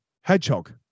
hedgehog